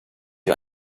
you